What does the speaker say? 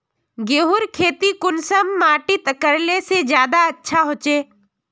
गेहूँर खेती कुंसम माटित करले से ज्यादा अच्छा हाचे?